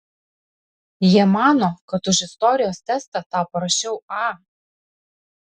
jie mano kad už istorijos testą tau parašiau a